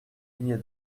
billets